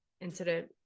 incident